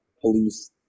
police